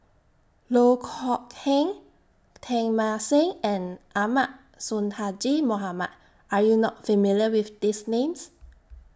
Loh Kok Heng Teng Mah Seng and Ahmad Sonhadji Mohamad Are YOU not familiar with These Names